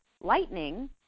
lightning